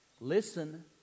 Listen